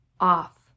off